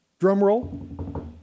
drumroll